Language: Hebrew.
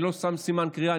אני לא שם סימן קריאה,